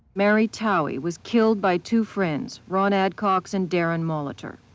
mary towey was killed by two friends ron ah adcox and darren molitor.